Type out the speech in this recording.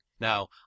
Now